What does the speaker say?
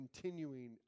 continuing